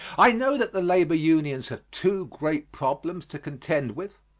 i know that the labor unions have two great problems to contend with,